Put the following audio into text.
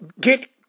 get